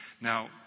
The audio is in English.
Now